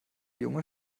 junge